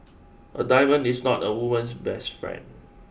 a diamond is not a woman's best friend